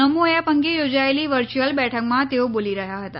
નમો app અંગે યોજાયેલી virtual બેઠકમાં તેઓ બોલી રહ્યા હતા